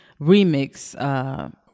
remix